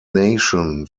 nation